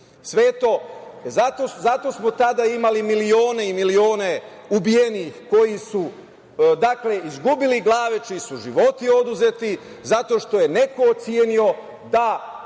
Zato smo tada imali milione i milione ubijenih koji su izgubili glave, čiji su životi oduzeti zato što je neko ocenio da